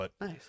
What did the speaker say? Nice